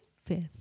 Fifth